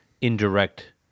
indirect